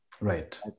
Right